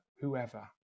whoever